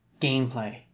Gameplay